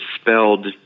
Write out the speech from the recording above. spelled